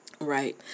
Right